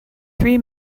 three